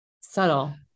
subtle